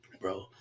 Bro